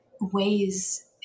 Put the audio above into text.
ways